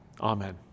Amen